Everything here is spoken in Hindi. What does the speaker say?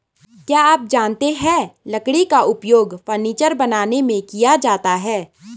क्या आप जानते है लकड़ी का उपयोग फर्नीचर बनाने में किया जाता है?